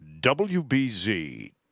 WBZ